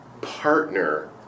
partner